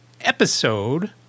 episode